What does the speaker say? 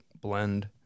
blend